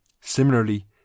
Similarly